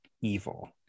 evil